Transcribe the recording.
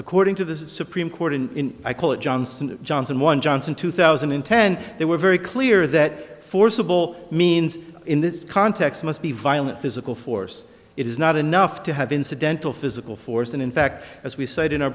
according to the supreme court in i call it johnson and johnson one johnson two thousand and ten there were very clear that forcible means in this context must be violent physical force it is not enough to have incidental physical force and in fact as we said in our